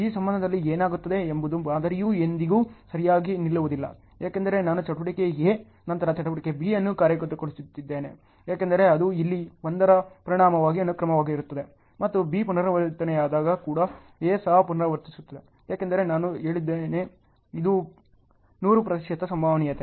ಈ ಸಂದರ್ಭದಲ್ಲಿ ಏನಾಗುತ್ತದೆ ಎಂಬುದು ಮಾದರಿಯು ಎಂದಿಗೂ ಸರಿಯಾಗಿ ನಿಲ್ಲುವುದಿಲ್ಲ ಏಕೆಂದರೆ ನಾನು ಚಟುವಟಿಕೆ ಎ ನಂತರ ಚಟುವಟಿಕೆ B ಅನ್ನು ಕಾರ್ಯಗತಗೊಳಿಸುತ್ತಿದ್ದೇನೆ ಏಕೆಂದರೆ ಅದು ಇಲ್ಲಿ 1 ರ ಪರಿಣಾಮವಾಗಿ ಅನುಕ್ರಮವಾಗಿರುತ್ತದೆ ಮತ್ತು B ಪುನರಾವರ್ತನೆಯಾದ ಕೂಡ A ಸಹ ಪುನರಾವರ್ತಿಸುತ್ತದೆ ಏಕೆಂದರೆ ನಾನು ಹೇಳಿದ್ದೇನೆ ಇದು 100 ಪ್ರತಿಶತ ಸಂಭವನೀಯತೆ